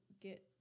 get